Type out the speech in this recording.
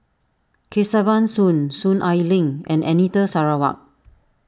Kesavan Soon Soon Ai Ling and Anita Sarawak